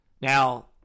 Now